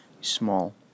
small